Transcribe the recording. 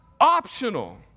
optional